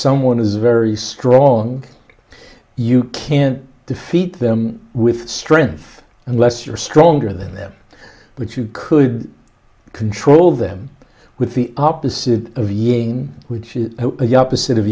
someone is very strong you can't defeat them with strength unless you are stronger than them but you could control them with the opposite of yang which is the opposite of